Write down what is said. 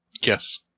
Yes